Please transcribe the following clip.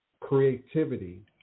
creativity